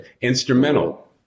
Instrumental